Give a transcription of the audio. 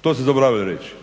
To ste zaboravili reći.